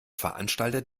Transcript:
veranstalter